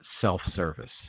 self-service